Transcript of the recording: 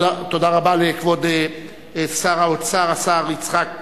תודה רבה לכבוד שר האוצר, השר יצחק כהן,